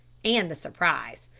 and the surprise.